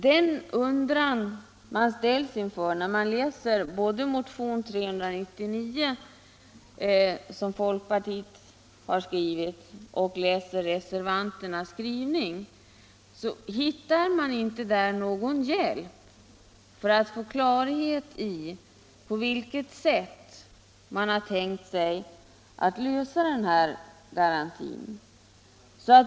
Det som gör att jag ställer mig undrande är att när man läser både motionen 399, som folkpartiet har skrivit, och reservanternas skrivning, så får man ingen klarhet om på vilket sätt folkpartiets representanter har tänkt sig att lösa frågan om den här garantin.